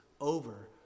over